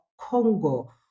Congo